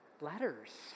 letters